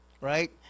right